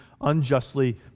unjustly